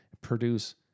produce